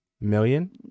million